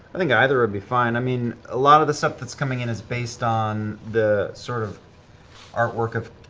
i think either would be fine. i mean a lot of the stuff that's coming in is based on the sort of artwork of